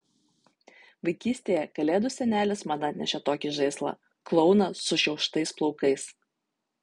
vaikystėje kalėdų senelis man atnešė tokį žaislą klouną sušiauštais plaukais